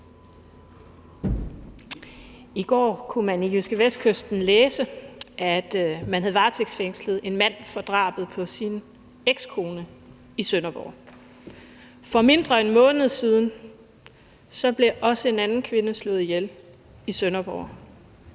I går kunne man i JydskeVestkysten læse, at i Sønderborg havde man varetægtsfængslet en mand for drabet på hans ekskone. For mindre end en måned siden blev også en anden kvinde i Sønderborg